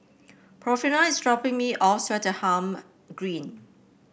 Porfirio is dropping me off Swettenham Green